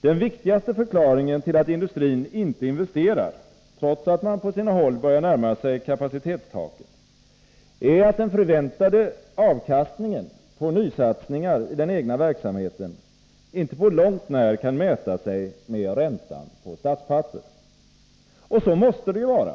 Den viktigaste förklaringen till att indu strin inte investerar, trots att man på sina håll börjar närma sig kapacitetstaket, är att den förväntade avkastningen på nysatsningar i den egna verksamheten inte på långt när kan mäta sig med räntan på statspapper. Och så måste det ju vara.